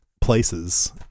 places